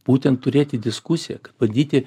būtent turėti diskusiją kad bandyti